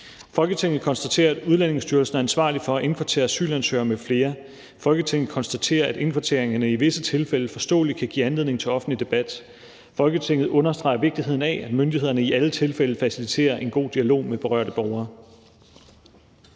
»Folketinget konstaterer, at Udlændingestyrelsen er ansvarlig for at indkvartere asylansøgere m.fl. Folketinget konstaterer, at indkvarteringerne i visse tilfælde forståeligt kan give anledning til offentlig debat. Folketinget understreger vigtigheden af, at myndighederne i alle tilfælde faciliterer en god dialog med berørte borgere.«